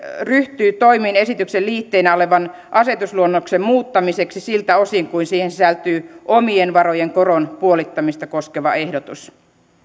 ryhtyy toimiin esityksen liitteenä olevan asetusluonnoksen muuttamiseksi siltä osin kuin siihen sisältyy omien varojen koron puolittamista koskeva ehdotus